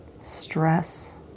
stress